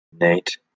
Nate